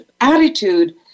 attitude